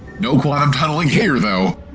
no quantum-tunneling here though!